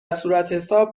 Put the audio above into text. صورتحساب